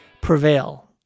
prevail